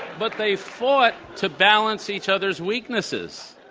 but they fought to balance each other's weaknesses.